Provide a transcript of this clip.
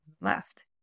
left